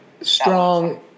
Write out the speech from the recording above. Strong